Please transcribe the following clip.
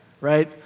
right